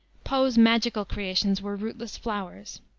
poe's magical creations were rootless flowers.